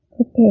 Okay